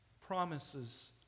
Promises